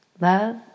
love